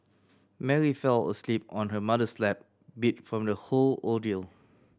Mary fell asleep on her mother's lap beat from the whole ordeal